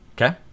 okay